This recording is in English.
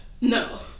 No